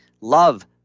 love